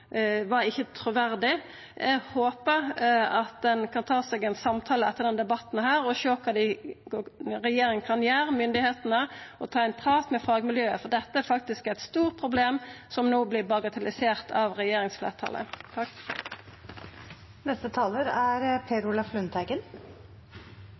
truverdig. Eg håper at ein kan ta seg ein samtale etter denne debatten og sjå kva regjeringa og myndigheitene kan gjera, og ta ein prat med fagmiljøet, for dette er faktisk eit stort problem, som no vert bagatellisert av regjeringsfleirtalet. Senterpartiets forslag gjelder en styrket nasjonal og internasjonal satsing mot spredning av antibiotikaresistente bakterier. Vi er